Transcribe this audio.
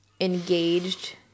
engaged